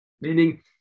meaning